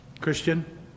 Christian